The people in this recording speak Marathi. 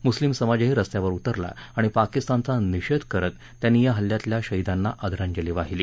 मुस्लीम समाजही रस्त्यावर उतरला आणि पाकिस्तानचा निषेध करत त्यांनी या हल्ल्यातल्या शहीदांना श्रद्वांजली वाहिली